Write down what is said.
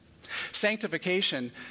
Sanctification